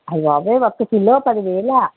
ఐబాబోయ్ ఒక్క కిలో పదివేలా